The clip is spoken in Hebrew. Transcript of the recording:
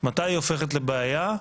מתי היא הופכת לבעיה?